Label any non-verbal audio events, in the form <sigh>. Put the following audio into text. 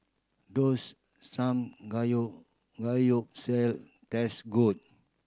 does <unintelligible> taste good